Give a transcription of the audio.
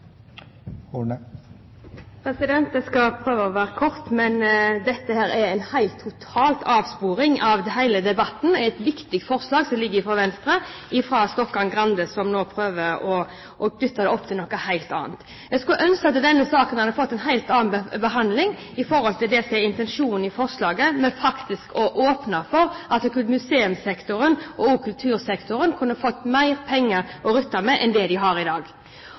en total avsporing av hele debatten. Det er et viktig forslag som foreligger fra Venstre, som Stokkan-Grande nå prøver å gjøre til noe helt annet. Jeg skulle ønske at denne saken hadde fått en helt annen behandling i forhold til det som er intensjonen i forslaget, ved praktisk å åpne for at museumssektoren og kultursektoren kunne fått mer penger å rutte med enn de har i dag.